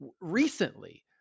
recently